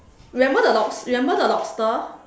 remember the lobs~ remember the lobster